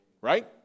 Right